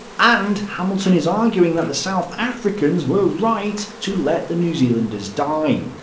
and hamilton is arguing that the south africans were right to let the new zealanders die.